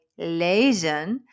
Lezen